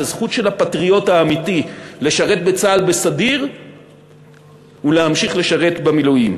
זו זכות של הפטריוט האמיתי לשרת בצה"ל בסדיר ולהמשיך לשרת במילואים,